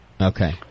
Okay